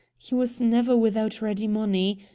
he was never without ready money.